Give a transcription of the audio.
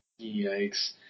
Yikes